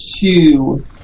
two